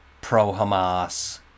pro-Hamas